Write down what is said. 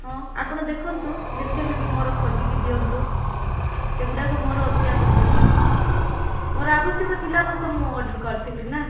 ହଁ ଆପଣ ଦେଖନ୍ତୁ ଯେମିତି ହେଲେ ବି ମୋର ଖୋଜିକି ଦିଅନ୍ତୁ ସେଗୁଡ଼ାକ ମୋର ଅତି ଆବଶ୍ୟକ ମୋର ଆବଶ୍ୟକ ଥିଲା ବ ବୋଲି ତ ମୁଁ ଅର୍ଡ଼ର୍ କରିଥିଲି ନା